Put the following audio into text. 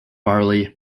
barley